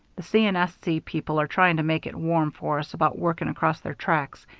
the c. and s. c. people are trying to make it warm for us about working across their tracks.